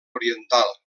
oriental